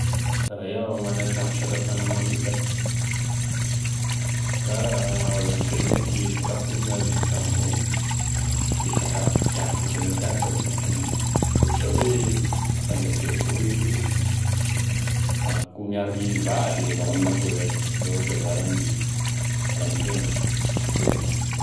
Raha iaho e mana tragno fisakafoana manoka avy ame fireneko etoa da e sakafo tokony havidiko amignagnao da e sakafo tiako tegna tiako gnavidiko amignao, ohatra hoe, efa nozakaiko evao izy eke, akoho miary vary, vary amin'akoho zash eo koa vary amim-bily, vary amin-kena akoa iza.